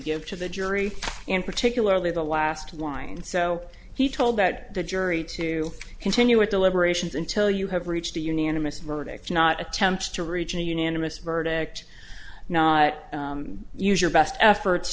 give to the jury in particularly the last line so he told that the jury to continue with deliberations until you have reached a unanimous verdict not attempts to reach a unanimous verdict not use your best efforts